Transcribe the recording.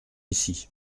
ici